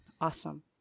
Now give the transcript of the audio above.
Awesome